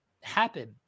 happen